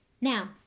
Now